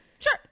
sure